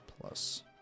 plus